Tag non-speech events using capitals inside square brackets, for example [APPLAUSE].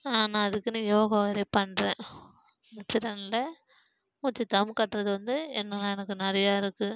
நான் அதுக்குன்னு யோகா வேறு பண்ணுறேன் மூச்சு [UNINTELLIGIBLE] மூச்சு தம் கட்டுறது வந்து என்ன எனக்கு நிறையா இருக்குது